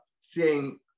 seeing